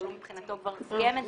אבל הוא מבחינתנו כבר סיים את זה.